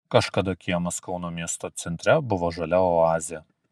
kažkada kiemas kauno miesto centre buvo žalia oazė